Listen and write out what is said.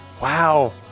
wow